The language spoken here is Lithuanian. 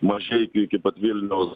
mažeikių iki pat vilniaus